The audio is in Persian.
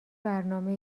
برنامه